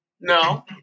no